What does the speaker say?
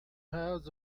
has